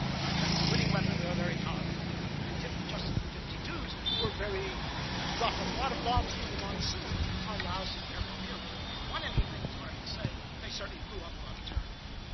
not perhaps a winning weapon, though very powerful activity, just as the fifty two s were very dropped a lot of bombs through the monsoon are laos and cambodia. whether they won anything, it's hard to say, but they certainly blew up a lot of territory.